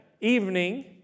evening